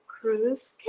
Cruise